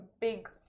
big